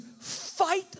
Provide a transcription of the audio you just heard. fight